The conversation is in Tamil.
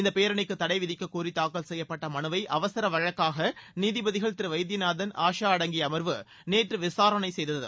இந்தப் பேரணிக்கு தடை விதிக்கக்கோரி தாக்கல் செய்யப்பட்ட மனுவை அவசர வழக்காக நீதிபதிகள் திரு வைத்தியநாதன் ஆஷா அடங்கிய அமர்வு நேற்று விசாரணை செய்தது